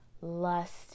lust